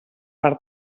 per